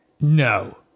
No